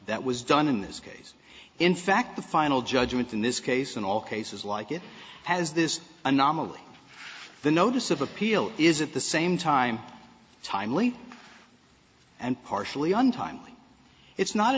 that was done in this case in fact the final judgment in this case in all cases like it has this anomaly the notice of appeal is at the same time timely and partially on time it's not a